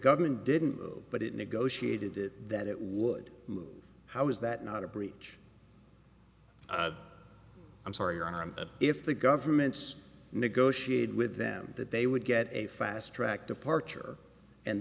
government didn't but it negotiated it that it would how is that not a breach i'm sorry your honor and if the government's negotiated with them that they would get a fast track departure and